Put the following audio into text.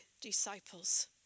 disciples